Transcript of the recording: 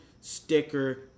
sticker